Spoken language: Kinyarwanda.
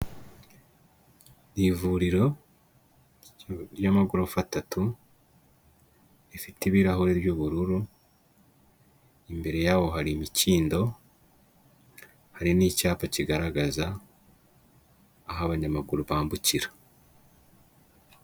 Ivuriro ry'amagorofa atatu, rifite ibirahure ry'ubururu, imbere yaho hari imikindo, hari n'icyapa kigaragaza aho abanyamaguru bambukira.